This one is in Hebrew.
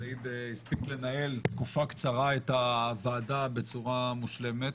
סעיד הספיק לנהל בתקופה קצרה את הוועדה בצורה מושלמת.